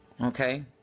Okay